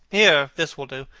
here this will do.